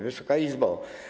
Wysoka Izbo!